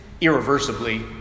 irreversibly